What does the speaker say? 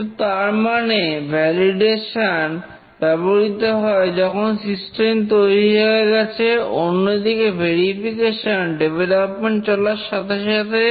তো তার মানে ভ্যালিডেশন ব্যবহৃত হয় যখন সিস্টেম তৈরি হয়ে গেছে অন্যদিকে ভেরিফিকেশন ডেভলপমেন্ট চলার সাথে সাথে